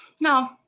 no